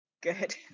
good